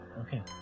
Okay